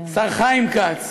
השר חיים כץ.